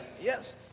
Yes